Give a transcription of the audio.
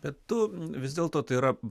bet tu vis dėlto tai yra